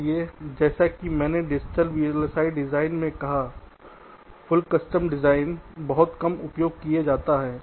इसलिए जैसा कि मैंने डिजिटल वीएलएसआई डिज़ाइन में कहा है पूर्ण कस्टम डिज़ाइन बहुत कम उपयोग किया जाता है